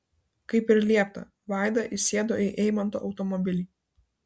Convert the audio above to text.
kaip ir liepta vaida įsėdo į eimanto automobilį